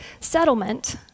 settlement